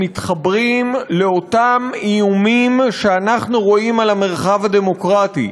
מתחברים לאותם איומים שאנחנו רואים על המרחב הדמוקרטי,